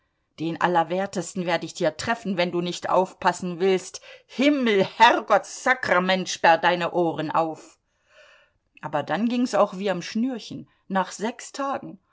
den allerwertesten werd ich dir treffen wenn du nicht aufpassen willst himmelherrgottsakrament sperr deine ohren auf aber dann ging's auch wie am schnürchen nach sechs tagen